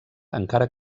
encara